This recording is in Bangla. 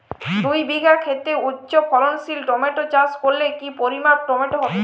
দুই বিঘা খেতে উচ্চফলনশীল টমেটো চাষ করলে কি পরিমাণ টমেটো হবে?